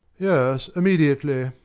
yes, immediately.